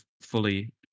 fully